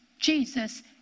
Jesus